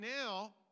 now